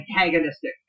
antagonistic